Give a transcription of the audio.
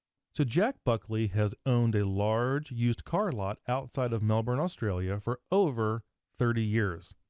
so jack buckley has owned a large used car lot outside of melbourne, australia for over thirty years.